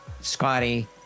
Scotty